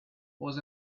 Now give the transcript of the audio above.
was